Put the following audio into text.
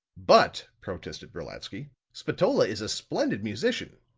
but, protested brolatsky, spatola is a splendid musician.